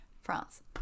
france